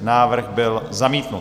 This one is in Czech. Návrh byl zamítnut.